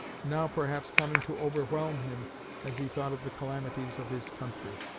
now perhaps coming to overwhelm him as he thought of the calamities of his country.